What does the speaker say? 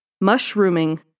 mushrooming